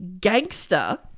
gangster